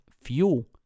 fuel